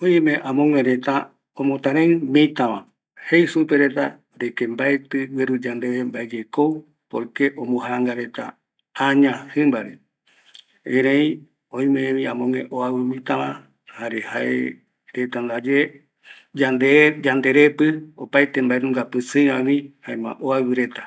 Oime amogue reta omotareï mita va, jei supereta mbaetɨ gueru yandeve mbaeyekou, ombojangareta ko aña jɨmba va, erei oimevi amogue reta oaɨu mita va, jeta ndaye yanderepɨ, opaete mandunga pisɨi va gui, jaema oaɨu reta